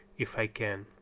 if i can.